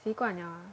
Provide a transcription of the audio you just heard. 习惯了啊